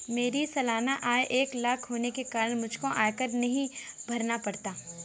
मेरी सालाना आय एक लाख होने के कारण मुझको आयकर नहीं भरना पड़ता